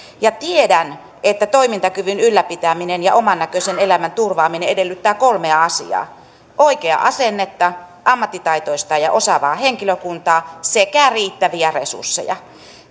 ja tiedän että toimintakyvyn ylläpitäminen ja omannäköisen elämän turvaaminen edellyttävät kolmea asiaa oikeaa asennetta ammattitaitoista ja osaavaa henkilökuntaa sekä riittäviä resursseja